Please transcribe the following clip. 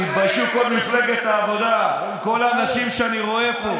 תתביישו כל מפלגת העבודה, כל האנשים שאני רואה פה.